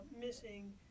missing